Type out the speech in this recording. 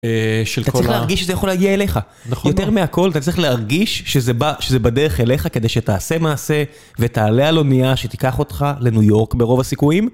אתה צריך להרגיש שזה יכול להגיע אליך, יותר מהכל אתה צריך להרגיש שזה בדרך אליך, כדי שתעשה מעשה ותעלה על אונייה שתיקח אותך לניו יורק, ברוב הסיכויים.